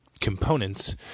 components